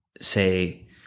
say